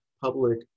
public